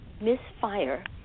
misfire